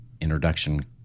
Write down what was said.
introduction